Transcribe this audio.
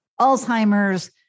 Alzheimer's